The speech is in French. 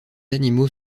animaux